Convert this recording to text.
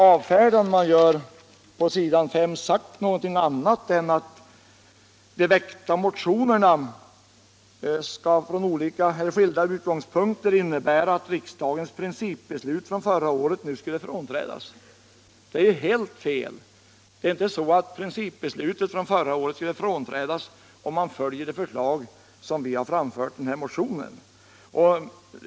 Men då man på s. 5 avfärdar motionerna har man sagt att de väckta motionerna, från skilda utgångspunkter, innebär att riksdagens principbeslut från förra året nu skulle frånträdas. Det är helt fel. Det är inte så att principbeslutet från förra året skulle frånträdas om man följer det förslag vi framfört i motionen.